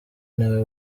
nawe